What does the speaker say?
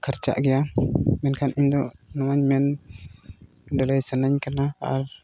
ᱠᱷᱚᱨᱪᱟᱜ ᱜᱮᱭᱟ ᱢᱮᱱᱠᱷᱟᱱ ᱤᱧᱫᱚ ᱱᱚᱣᱟᱧ ᱢᱮᱱ ᱞᱟᱹᱞᱟᱹᱭ ᱥᱟᱱᱟᱧ ᱠᱟᱱᱟ ᱟᱨ